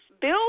Bill